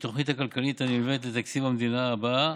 מהתוכנית הכלכלית הנלווית לתקציב המדינה הבא.